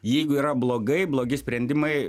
jeigu yra blogai blogi sprendimai